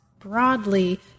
broadly